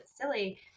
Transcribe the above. silly